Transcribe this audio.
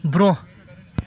برٛونٛہہ